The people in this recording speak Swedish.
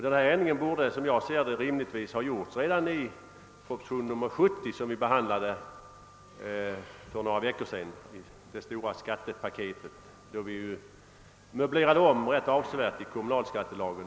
Den här ändringen borde rimligtvis ha föreslagits redan i proposition nr 70, som vi behandlade för några veckor sedan då vi möblerade om rätt avsevärt i kommunalskattelagen.